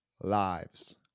lives